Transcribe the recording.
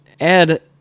add